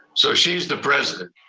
so she's the president,